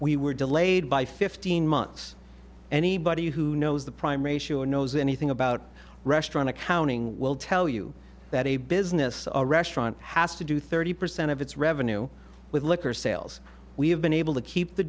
we were delayed by fifteen months anybody who knows the prime ratio or knows anything about restaurant accounting will tell you that a business or restaurant has to do thirty percent of its revenue with liquor sales we have been able to keep the